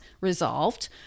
resolved